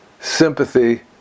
sympathy